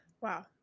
Wow